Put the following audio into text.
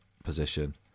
Position